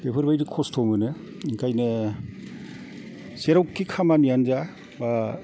बेफोरबादि खस्थ' मोनो ओंखायनो जेरावखि खामानियानो जा बा